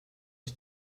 ich